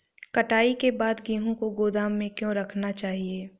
कटाई के बाद गेहूँ को गोदाम में क्यो रखना चाहिए?